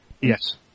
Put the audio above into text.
Yes